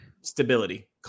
stability